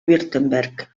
württemberg